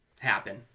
Happen